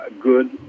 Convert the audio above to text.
good